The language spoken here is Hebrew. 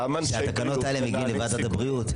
התקנות האלה מגיעות לוועדת הבריאות.